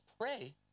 pray